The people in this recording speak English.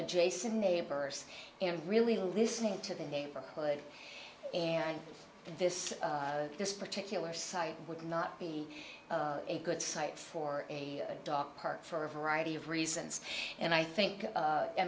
adjacent neighbors and really listening to the neighborhood and this this particular site would not be a good site for a dog park for a variety of reasons and i think